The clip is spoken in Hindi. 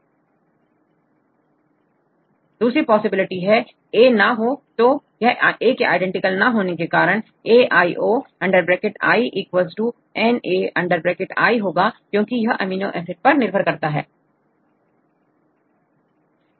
अब दूसरी पॉसिबिलिटी है यदि यहA ना हो तो यह A के आईडेंटिकल ना होने के कारण Nic Na होगा क्योंकि यह अमीनो एसिड पर निर्भर करता है